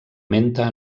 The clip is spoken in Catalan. menta